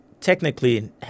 technically